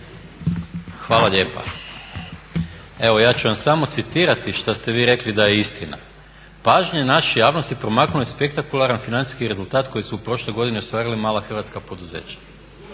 Hvala lijepa. Evo ja ću vam samo citirati šta ste vi rekli da je istina "pažnji naše javnosti promaknuo je spektakularan financijski rezultat koji su prošloj godini ostvarila mala hrvatska poduzeća"